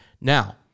Now